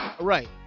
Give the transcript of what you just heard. Right